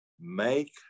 make